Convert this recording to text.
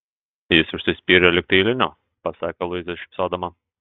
jis užsispyrė likti eiliniu pasakė luiza šypsodama